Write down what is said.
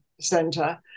center